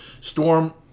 Storm